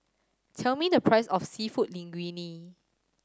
tell me the price of Seafood Linguine